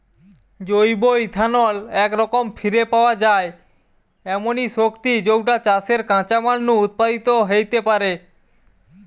জৈব ইথানল একরকম ফিরে পাওয়া যায় এমনি শক্তি যৌটা চাষের কাঁচামাল নু উৎপাদিত হেইতে পারে